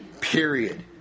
period